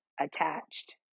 attached